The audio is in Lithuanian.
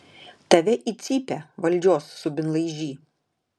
tave į cypę valdžios subinlaižy